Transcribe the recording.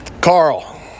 Carl